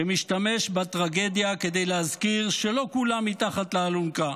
שמשתמש בטרגדיה כדי להזכיר שלא כולם מתחת לאלונקה.